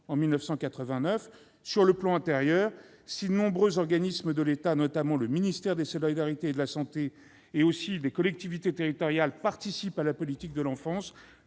en 1989. Sur le plan intérieur, si de nombreux organismes de l'État, notamment le ministère des solidarités et de la santé, ainsi que les collectivités territoriales participent à la politique de l'enfance,